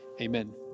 Amen